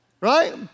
Right